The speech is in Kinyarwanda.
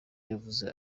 yavuze